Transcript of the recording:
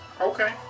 Okay